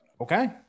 Okay